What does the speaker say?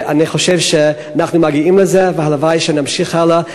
אני חושב שאנחנו מגיעים לזה והלוואי שנמשיך הלאה,